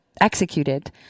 executed